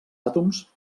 àtoms